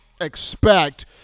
expect